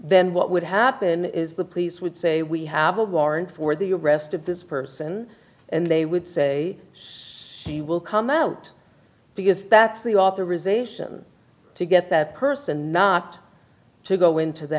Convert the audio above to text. then what would happen is the police would say we have a warrant for the arrest of this person and they would say see will come out because that's the authorization to get that person not to go into the